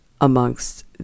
amongst